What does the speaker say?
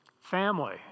family